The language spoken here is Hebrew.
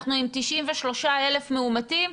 אנחנו עם 93,000 מאומתים,